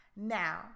Now